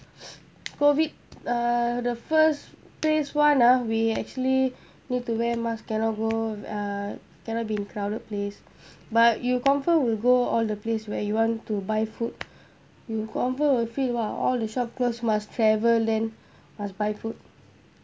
COVID uh the first phase one ah we actually need to wear mask cannot go uh cannot be in crowded place but you confirm will go all the place where you want to buy food you confirm will feel !wah! all the shop closed must travel must buy food